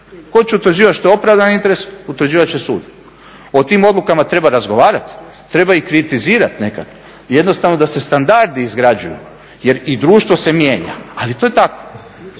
Tko će utvrđivati što je opravdani interes? Utvrđivati će sud. O tim odlukama treba razgovarati, treba ih kritizirati nekada i jednostavno da se standardi izgrađuju jer i društvo se mijenja ali to je tako.